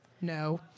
No